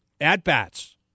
at-bats